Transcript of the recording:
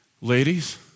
ladies